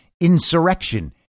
insurrection